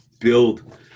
build